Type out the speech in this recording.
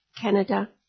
Canada